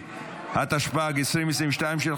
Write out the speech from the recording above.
טוב, ועדת שרים מעכשיו זאת המלצה.